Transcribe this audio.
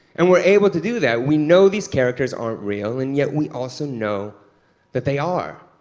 and we're able to do that. we know these characters aren't real, and yet we also know that they are.